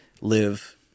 live